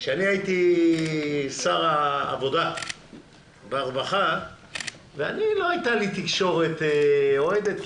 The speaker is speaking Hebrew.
כשאני הייתי שר עבודה והרווחה ולא הייתה לי תקשורת אוהדת,